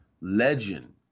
legend